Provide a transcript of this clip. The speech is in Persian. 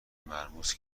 مرموز